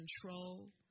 control